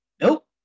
Nope